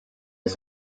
was